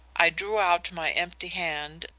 i drew out my empty hand,